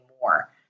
more